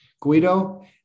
guido